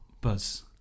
buzz